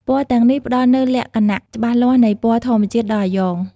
ពណ៌ទាំងនេះផ្តល់នូវលក្ខណៈច្បាស់លាស់នៃពណ៌ធម្មជាតិដល់អាយ៉ង។